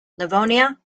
livonia